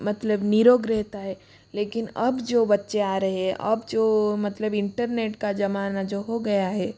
मतलब निरोग रहता है लेकिन अब जो बच्चे आ रहे है अब जो मतलब इंटरनेट का जमाना जो हो गया है